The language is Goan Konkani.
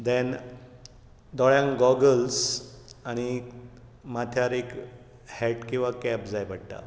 देन दोळ्यांक गाॅगल्स आनी माथ्यार एक हॅट किंवा कॅप जाय पडटा